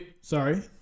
sorry